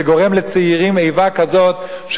זה גורם לצעירים איבה כזאת,